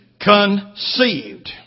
conceived